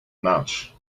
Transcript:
much